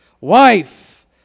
wife